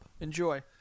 Enjoy